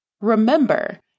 Remember